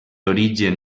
origen